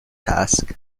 task